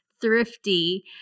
thrifty